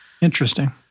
Interesting